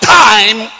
time